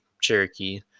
Cherokee